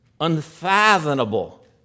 unfathomable